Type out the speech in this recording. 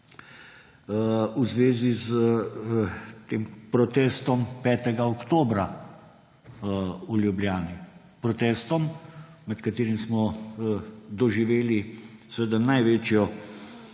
v zvezi s tem protestom 5. oktobra v Ljubljani. Protestom, med katerim smo doživeli seveda